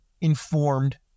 informed